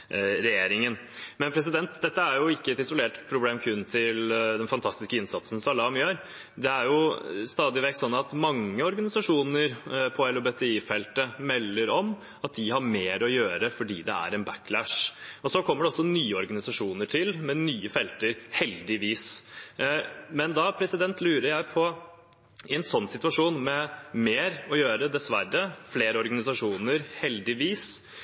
regjeringen. Dette er jo ikke et isolert problem som kun gjelder den fantastiske innsatsen Salam gjør. Det er stadig vekk sånn at mange organisasjoner på LHBTI-feltet melder om at de har mer å gjøre fordi det er en backlash. Og så kommer det også nye organisasjoner til, innenfor nye felt, heldigvis. Da lurer jeg på: I en sånn situasjon, med mer å gjøre, dessverre, men med flere organisasjoner, heldigvis